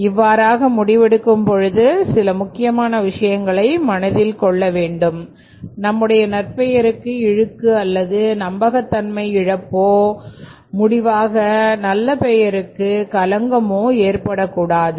இவ்வாறாக முடிவெடுக்கும் பொழுது சில முக்கியமான விஷயங்களை மனதில் வைத்துக் கொள்ள வேண்டும் நம்முடைய நற்பெயருக்கு இழுக்கு அல்லது நம்பகத்தன்மை இழப்போ முடிவாக நல்ல பெயருக்கு கலங்கமோ ஏற்படக் கூடாது